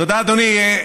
תודה, אדוני.